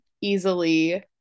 easily